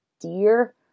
Dear